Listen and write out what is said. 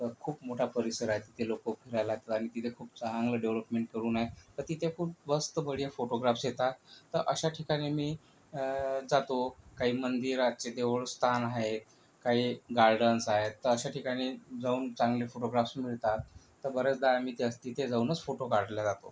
तर खूप मोठा परिसर आहे तिथे लोक फिरायला येतात आणि तिथे खूप चांगलं डेवलपमेंट करून आहे तर तिथे खूप मस्त बढिया फोटोग्राफ्स येतात तर अशा ठिकाणी मी जातो काही मंदिराचे देऊळस्थान आहेत काही गार्डन्स आहेत तर अशा ठिकाणी जाऊन चांगले फोटोग्राफ्स मिळतात तर बऱ्याचदा आम्ही त्याच तिथे जाऊनच फोटो काढल्या जातो